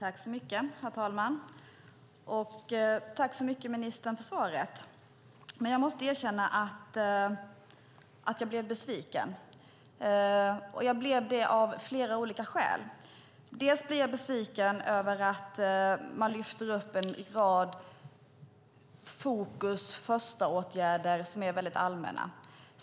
Herr talman! Tack så mycket för svaret, ministern. Men jag måste erkänna att jag blev besviken. Jag blev det av flera olika skäl. Jag blev besviken över att fokus är på förstaåtgärder som är väldigt allmänna.